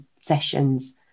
sessions